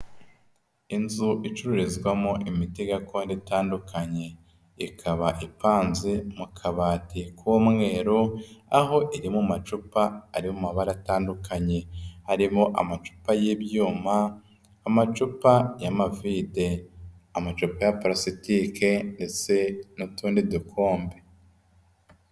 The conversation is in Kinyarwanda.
Inzu icururizwamo imiti gakondo itandukanye, ikaba ipanze mu kabati k'umweru aho iri mu macupa ari mu mabara atandukanye, harimo amacupa y'ibyuma, amacupa y'amavide, amacupa ya purasitike ndetse n'utundi dukombe.